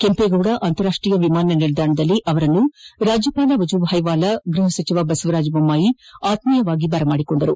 ಕೆಂಪೇಗೌದ ಅಂತರಾಷ್ಟೀಯ ವಿಮಾನ ನಿಲ್ದಾಣದಲ್ಲಿ ಅವರನ್ನು ರಾಜ್ಯಪಾಲ ವಜೂಬಾಯ್ ವಾಲಾ ಗೃಹಸಚಿವ ಬಸವರಾಜ ಬೊಮ್ಮಾಯಿ ಅತ್ಮೀಯವಾಗಿ ಬರಮಾಡಿಕೊಂಡರು